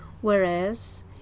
whereas